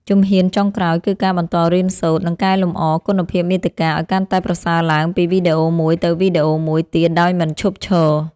ជំហានចុងក្រោយគឺការបន្តរៀនសូត្រ និងកែលម្អគុណភាពមាតិកាឱ្យកាន់តែប្រសើរឡើងពីវីដេអូមួយទៅវីដេអូមួយទៀតដោយមិនឈប់ឈរ។